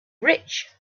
rich